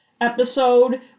episode